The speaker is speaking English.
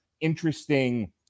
interesting